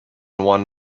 one